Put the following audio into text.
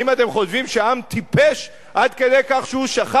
האם אתם חושבים שהעם טיפש עד כדי שהוא שכח?